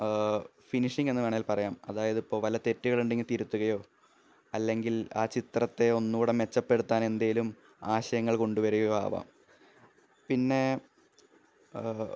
finishing എന്നു വേണേല് പറയാം അതായത് ഇപ്പോൾ വല്ല തെറ്റുകള് ഉണ്ടേല് തിരുത്തുകയോ അല്ലെങ്കില് ആ ചിത്രത്തെ ഒന്നു കൂടി മെച്ചപ്പെടുത്താന് എന്തെങ്കിലും ആശയങ്ങള് കൊണ്ടുവരികയോ ആകാം പിന്നെ